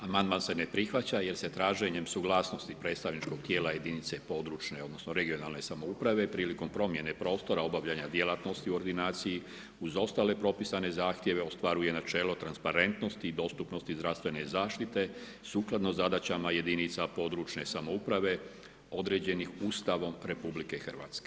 Amandman se ne prihvaća jer se traženjem suglasnosti predstavničkog tijela jedinica i područne, regionalne samouprave, prilikom promjene prostora obavljanje djelatnosti u ordinaciji, uz ostale propisane zahtjeve ostvaruje načelo transparentnosti i dostupnosti zdravstvene zaštite sukladno zadaćama jedinica područne samouprave, određenih Ustavom RH.